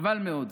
חבל מאוד.